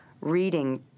reading